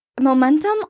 Momentum